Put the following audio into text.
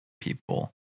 people